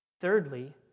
Thirdly